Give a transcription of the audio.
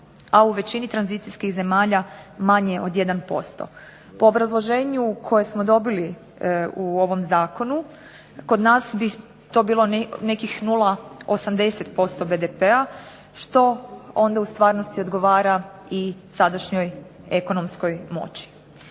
a u većini tranzicijskih zemalja manje od 1%. Po obrazloženju koje smo dobili u ovom zakonu kod nas bi to bilo nekih 0,80% BDP-a što onda u stvarnosti odgovara i sadašnjoj ekonomskoj moći.